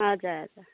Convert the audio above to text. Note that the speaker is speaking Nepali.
हजुर